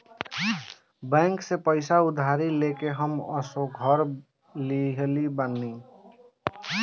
bank से पईसा उधारी लेके हम असो घर लीहले बानी